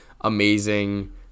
amazing